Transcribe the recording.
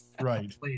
Right